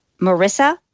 Marissa